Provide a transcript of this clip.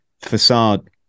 facade